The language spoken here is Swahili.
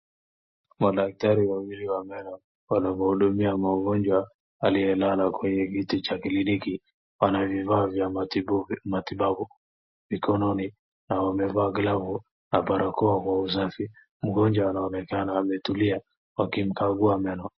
Madaktari wawili wa meno wanuhudumia mgonjwa aliyelala kwenye kiti cha kliniki. Anavifaa vya matibabu mkononi aemvaa glavu na barakoa kwa usafi. Mgonjwa amekaa na ametuliwa wakimkagua meno.